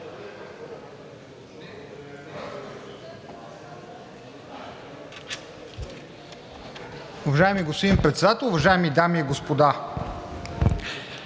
Уважаеми господин Председател, уважаеми дами и господа!